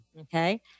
Okay